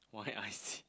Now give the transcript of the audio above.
why I_C